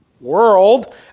world